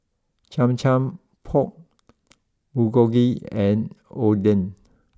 Cham Cham Pork Bulgogi and Oden